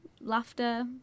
laughter